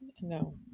No